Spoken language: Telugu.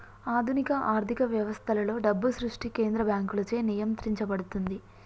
ఆధునిక ఆర్థిక వ్యవస్థలలో, డబ్బు సృష్టి కేంద్ర బ్యాంకులచే నియంత్రించబడుతుంది